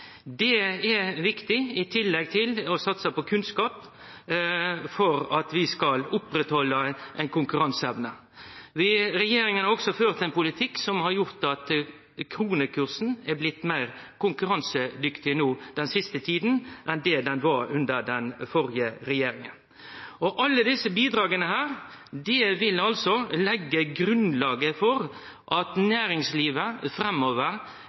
Det er viktig – i tillegg til å satse på kunnskap – for at vi skal oppretthalde ei konkurranseevne. Regjeringa har òg ført ein politikk som har gjort at kronekursen har blitt meir konkurransedyktig den siste tida enn han var under den førre regjeringa. Alle desse bidraga vil leggje grunnlaget for at næringslivet framover